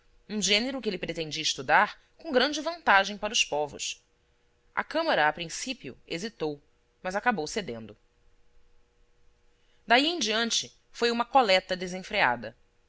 um gênero que ele pretendia estudar com grande vantagem para os povos a câmara a princípio hesitou mas acabou cedendo daí em diante foi uma coleta desenfreada